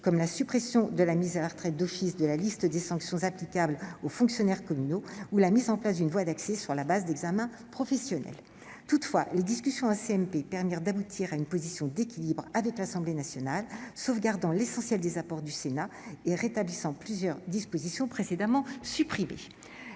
comme la suppression de la mise à la retraite d'office de la liste des sanctions applicables aux fonctionnaires communaux ou la mise en place d'une voie d'accès à cette fonction publique sur la base d'examens professionnels. Toutefois, les discussions en commission mixte paritaire ont permis d'aboutir à une position d'équilibre avec l'Assemblée nationale, sauvegardant l'essentiel des apports du Sénat et rétablissant plusieurs dispositions précédemment supprimées.